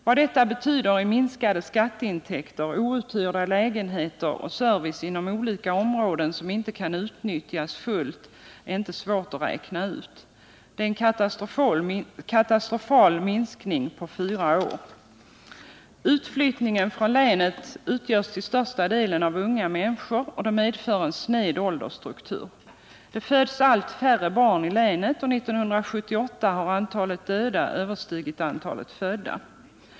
Vad detta betyder i minskade skatteintäkter, outhyrda lägenheter och service inom olika områden, som inte kan utnyttjas fullt, är inte svårt att räkna ut. Det är en katastrofal minskning på fyra år. Utflyttningen från länet utgörs till största delen av unga människor, och det medför en sned åldersstruktur. Det föds allt färre barn i länet, och 1978 har antalet döda överstigit antalet födda.